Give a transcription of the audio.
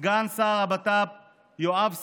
סגן שר הבט"פ יואב סגלוביץ',